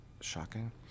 Shocking